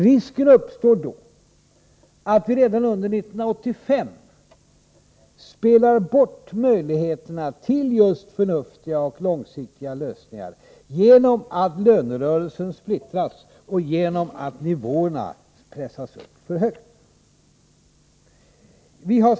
Risken uppstår då att vi redan under 1985 spelar bort möjligheterna till förnuftiga, långsiktiga lösningar genom att lönerörelsen splittras och genom att nivåerna pressas upp för högt.